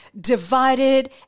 divided